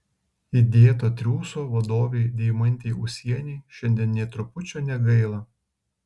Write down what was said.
įdėto triūso vadovei deimantei ūsienei šiandien nė trupučio negaila